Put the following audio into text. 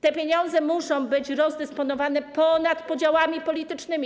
Te pieniądze muszą być rozdysponowane ponad podziałami politycznymi.